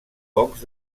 pocs